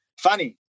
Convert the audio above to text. Funny